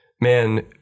man